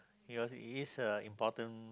because it is a important